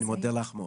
אני מודה לך מאוד.